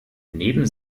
neben